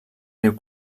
riu